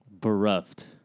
Bereft